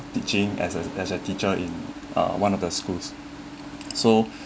teaching as a as a teacher in uh one of their schools so